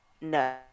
No